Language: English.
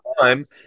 time